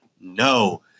No